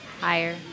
higher